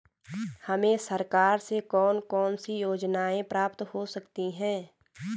हमें सरकार से कौन कौनसी योजनाएँ प्राप्त हो सकती हैं?